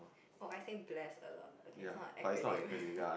oh I say bless a lot okay it's not an acronym